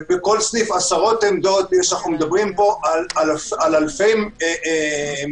ובכל סניף עשרות עמדות מדובר פה על אלפי מחיצות,